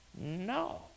No